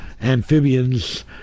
Amphibians